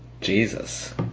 Jesus